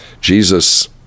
Jesus